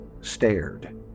stared